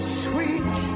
sweet